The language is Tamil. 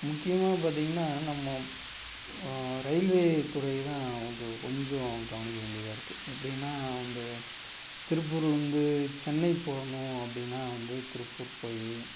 முக்கியமாக பார்த்தீங்கன்னா நம்ம ரயில்வேத்துறை தான் வந்து கொஞ்சம் கவனிக்க வேண்டியதாக இருக்குது எப்படின்னா வந்து திருப்பூர்லேருந்து சென்னை போகணும் அப்படின்னா வந்து திருப்பூர் போய்